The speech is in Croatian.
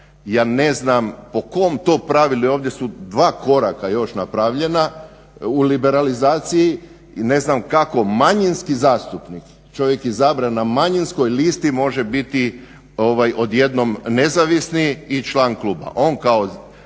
Ja ne znam po kom to pravilu i ovdje su dva koraka još napravljena u liberalizaciji i ne znam kako manjinski zastupnik, čovjek izabran na manjinskoj listi može biti odjednom nezavisni i član kluba.